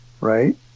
right